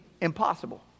impossible